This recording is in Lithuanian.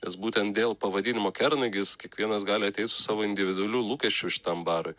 nes būtent dėl pavadinimo kernagis kiekvienas gali ateit su savo individualiu lūkesčiu šitam barui